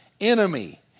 enemy